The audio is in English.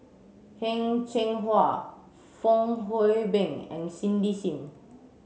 Heng Cheng Hwa Fong Hoe Beng and Cindy Sim